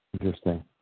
Interesting